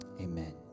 amen